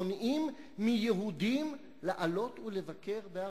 מונעים מיהודים לעלות ולבקר בהר-הבית?